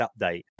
update